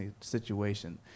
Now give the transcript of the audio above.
situation